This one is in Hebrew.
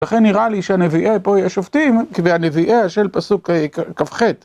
וכן נראה לי שה"נביאיה" פה יהיו שופטים, וה"נביאיה" של פסוק כ"ח.